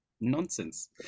nonsense